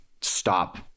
stop